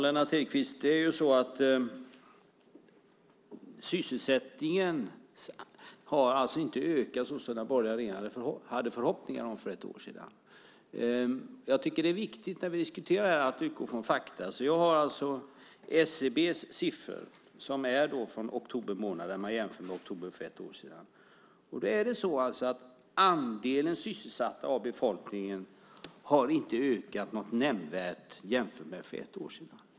Fru talman! Sysselsättningen har inte ökat på det sätt som den borgerliga regeringen hade förhoppningar om för ett år sedan, Lennart Hedquist. Det är viktigt när vi diskuterar det här att vi utgår från fakta. Jag har alltså SCB:s siffror från oktober månad som är en jämförelse med siffrorna för oktober för ett år sedan. De visar att andelen sysselsatta av befolkningen inte har ökat nämnvärt jämfört med för ett år sedan.